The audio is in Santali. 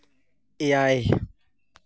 ᱮᱭᱟᱭ